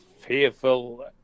fearful